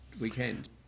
weekend